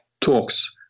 talks